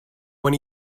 when